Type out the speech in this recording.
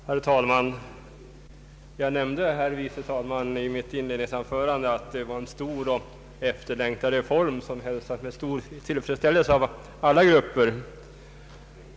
Herr talman! Jag sade, herr förste vice talman, i mitt inledningsanförande att detta är en stor och efterlängtad reform som hälsas med tillfredsställelse av alla grupper.